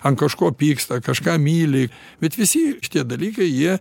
ant kažko pyksta kažką myli bet visi šitie dalykai jie